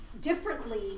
differently